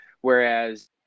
Whereas